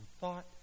thought